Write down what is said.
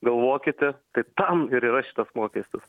galvokite tai tam ir yra šitas mokestis